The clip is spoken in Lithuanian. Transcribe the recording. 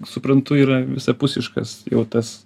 suprantu yra visapusiškas jau tas